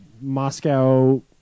Moscow